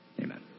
Amen